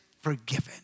Forgiven